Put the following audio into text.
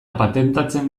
patentatzen